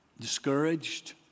discouraged